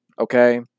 okay